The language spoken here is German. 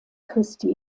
christi